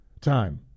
time